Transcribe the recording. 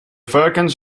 varkens